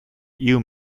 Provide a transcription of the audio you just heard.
you